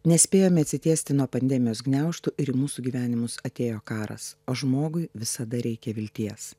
nespėjome atsitiesti nuo pandemijos gniaužtų ir į mūsų gyvenimus atėjo karas o žmogui visada reikia vilties